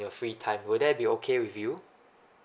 your free time will that be okay with you